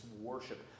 worship